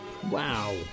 Wow